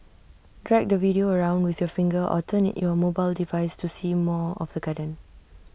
drag the video around with your finger or turn your mobile device to see more of the garden